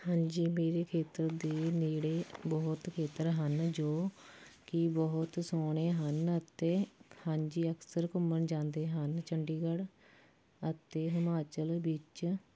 ਹਾਂਜੀ ਮੇਰੇ ਖੇਤਰ ਦੇ ਨੇੜੇ ਬਹੁਤ ਖੇਤਰ ਹਨ ਜੋ ਕਿ ਬਹੁਤ ਸੋਹਣੇ ਹਨ ਅਤੇ ਹਾਂਜੀ ਅਕਸਰ ਘੁੰਮਣ ਜਾਂਦੇ ਹਨ ਚੰਡੀਗੜ੍ਹ ਅਤੇ ਹਿਮਾਚਲ ਵਿੱਚ